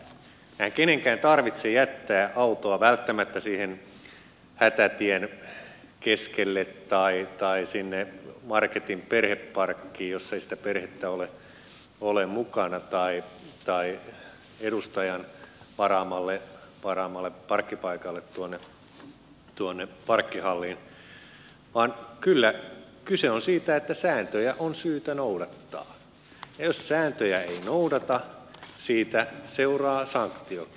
eihän kenenkään tarvitse jättää autoaan välttämättä siihen hätätien keskelle tai sinne marketin perheparkkiin jos ei sitä perhettä ole mukana tai edustajan varaamalle parkkipaikalle tuonne parkkihalliin vaan kyllä kyse on siitä että sääntöjä on syytä noudattaa ja jos sääntöjä ei noudata siitä seuraa sanktio